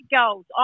goals